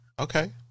Okay